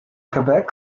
quebec